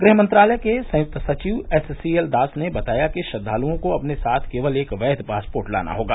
गृह मंत्रालय के संयुक्त सचिव एससीएल दास ने बताया कि श्रद्वालुओं को अपने साथ केवल एक कैद पासपोर्ट लाना होगा